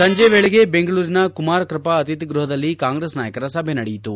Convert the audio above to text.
ಸಂಜೆ ವೇಳೆಗೆ ಬೆಂಗಳೂರಿನ ಕುಮಾರ ಕೃಪಾ ಅತಿಥಿಗೃಹದಲ್ಲಿ ಕಾಂಗ್ರೆಸ್ ನಾಯಕರ ಸಭೆ ನಡೆಯಿತು